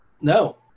No